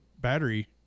battery